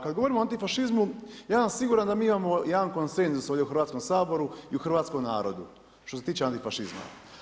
Kad govorimo o antifašizmu, ja sam siguran da mi imamo jedan konsenzus ovdje u Hrvatskom saboru i u hrvatskom narodu što se tiče antifašizma.